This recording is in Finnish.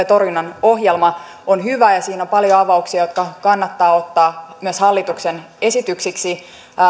torjunnan ohjelma on hyvä ja siinä on paljon avauksia jotka kannattaa ottaa myös hallituksen esityksiksi